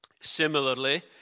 Similarly